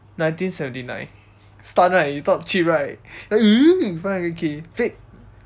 nineteen seventy nine stunned right you thought cheap right then !woo! five hundred K wait